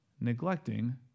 Neglecting